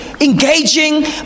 engaging